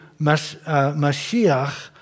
Mashiach